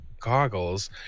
goggles